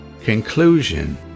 Conclusion